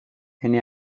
ene